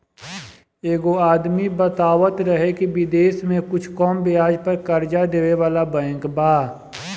एगो आदमी बतावत रहे की बिदेश में कुछ कम ब्याज पर कर्जा देबे वाला बैंक बा